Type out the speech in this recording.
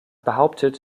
behauptet